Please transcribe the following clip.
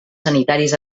sanitaris